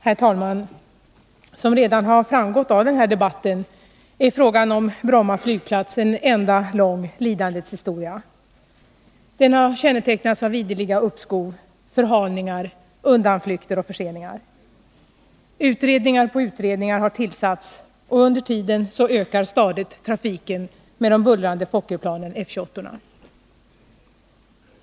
Herr talman! Som redan har framgått av den här debatten är frågan om Bromma flygplats en enda lång lidandets historia. Den har kännetecknats av ideliga uppskov, förhalningar, undanflykter och förseningar. Utredning på utredning har tillsatts, och under tiden ökar stadigt trafiken med de bullrande Fokkerplanen, F-28:orna.